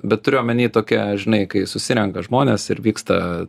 bet turiu omeny tokia žinai kai susirenka žmonės ir vyksta